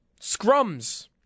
Scrums